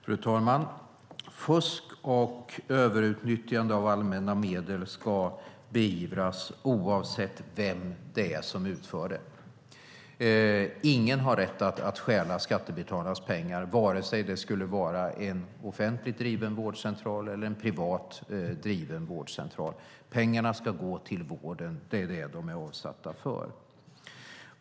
Fru talman! Fusk och överutnyttjande av allmänna medel ska beivras, oavsett vem som utför det. Ingen har rätt att stjäla skattebetalarnas pengar, vare sig det skulle vara en offentligt driven vårdcentral eller en privat driven vårdcentral. Pengarna ska gå till vården; det är det de är avsatta för.